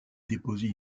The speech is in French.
déposé